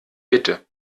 bitte